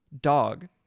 dog